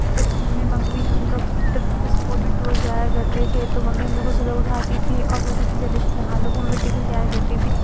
बचपन में मम्मी हमलोग टिप स्कूल में टूर जाया करते थे तो मम्मी हम लोग को सुबह उठाती थी और बोलती थी जल्दी से नहा लो वो हमें टिफिन तैयार करती थी